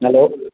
hello